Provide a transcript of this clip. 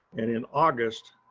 and in august,